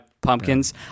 pumpkins